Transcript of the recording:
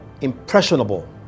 impressionable